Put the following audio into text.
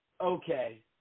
okay